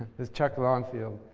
it's chuck longfield.